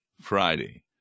Friday